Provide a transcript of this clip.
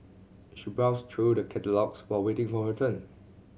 she browsed through the catalogues while waiting for her turn